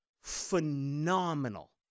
phenomenal